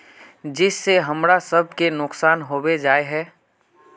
जिस से हमरा सब के नुकसान होबे जाय है?